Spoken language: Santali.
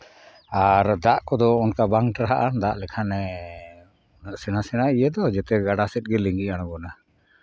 ᱟᱨ ᱫᱟᱜ ᱠᱚᱫᱚ ᱚᱱᱠᱟ ᱵᱟᱝ ᱴᱟᱨᱦᱟᱜᱼᱟ ᱫᱟᱜ ᱞᱮᱠᱷᱟᱱᱮ ᱥᱮᱬᱟ ᱥᱮᱬᱟ ᱤᱭᱟᱹ ᱫᱚ ᱡᱚᱛᱚ ᱜᱟᱰᱟ ᱥᱮᱫ ᱜᱮ ᱞᱤᱸᱜᱤ ᱟᱬᱜᱚᱱᱟ